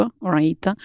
right